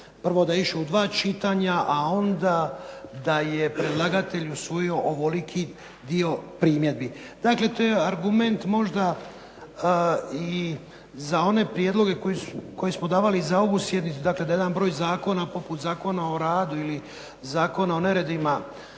prvo da je išao u dva pitanja a onda da je predlagatelj usvojio ovoliki dio primjedbi. Dakle, to je argument možda i za one prijedloge koje smo davali i za ovu sjednicu da jedan broj zakona poput Zakona o radu ili Zakona o neredima